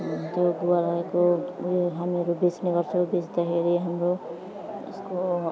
त्यो गुवा लागेको उयो हामीहरू बेच्ने गर्छौँ बेच्दाखेरि हाम्रो यसको